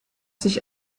sich